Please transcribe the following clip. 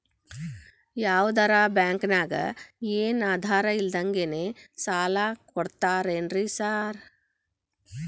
ಯಾವದರಾ ಬ್ಯಾಂಕ್ ನಾಗ ಏನು ಆಧಾರ್ ಇಲ್ದಂಗನೆ ಸಾಲ ಕೊಡ್ತಾರೆನ್ರಿ ಸಾರ್?